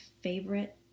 favorite